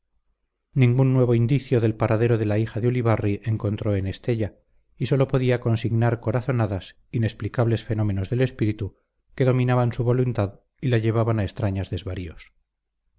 ningún nuevo indicio del paradero de la hija de ulibarri encontró en estella y sólo podía consignar corazonadas inexplicables fenómenos del espíritu que dominaban su voluntad y la llevaban a extraños desvaríos